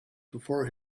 before